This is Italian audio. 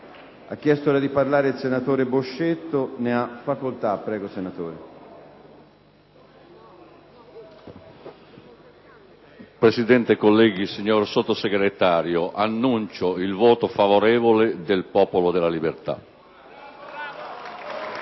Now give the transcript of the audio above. Presidente, colleghi, signor Sottosegretario, annuncio il voto favorevole del Gruppo del Popolo della Libertà.